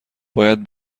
باید